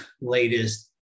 latest